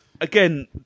Again